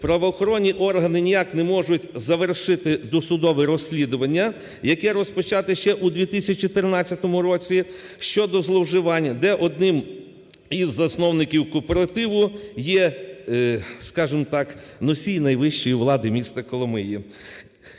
правоохоронні органи ніяк не можуть завершити досудове розслідування, яке розпочате ще у 2014 році, щодо зловживань, де одним із засновників кооперативу є, скажімо так, носій найвищої влади міста Коломиї.